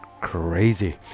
crazy